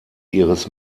ihres